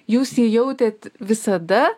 jūs jį jautėt visada